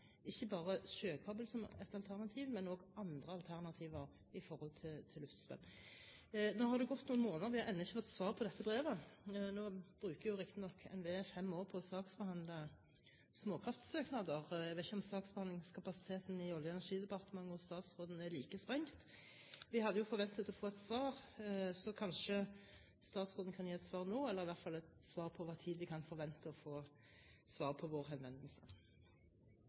ikke bare sjøkabel som et alternativ, men også andre alternativer i forhold til luftspenn. Nå har det gått noen måneder, og vi har ennå ikke fått svar på dette brevet. Nå bruker jo riktignok NVE fem år på å saksbehandle småkraftsøknader – jeg vet ikke om saksbehandlingskapasiteten i Olje- og energidepartementet og hos statsråden er like sprengt. Vi hadde jo forventet å få et svar. Så kanskje statsråden kan gi et svar nå, eller i hvert fall gi et svar på når vi kan forvente å få svar på vår henvendelse.